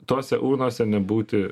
tose urnose nebūti